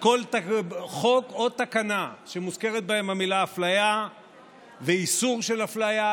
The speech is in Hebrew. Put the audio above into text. כל חוק או תקנה שמוזכרת בהם המילה אפליה ואיסור של אפליה,